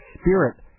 spirit